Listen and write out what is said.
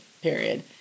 period